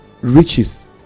riches